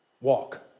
Walk